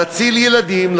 להציל ילדים,